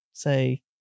say